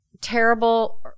terrible